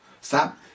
Stop